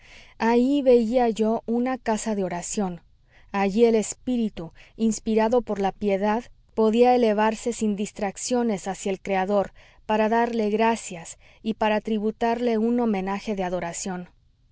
allí veía yo una casa de oración allí el espíritu inspirado por la piedad podía elevarse sin distracciones hacia el creador para darle gracias y para tributarle un homenaje de adoración